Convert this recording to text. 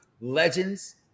legends